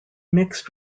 mixed